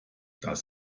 das